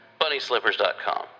BunnySlippers.com